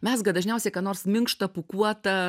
mezga dažniausiai ką nors minkštą pūkuotą